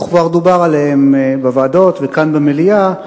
וכבר דובר עליהן בוועדות וכאן במליאה,